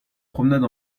promenade